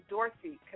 Dorsey